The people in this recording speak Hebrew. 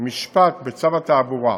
משפט בצו התעבורה,